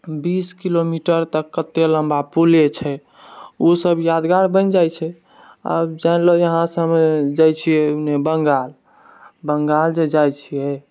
बीस किलोमीटर तक कते लम्बा पुले छै ओ सब यादगार बनि जाइ छै आब जानि लअ यहाँसे हम जाइ छियै बङ्गाल बंगाल जे जाइ छियै